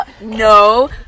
No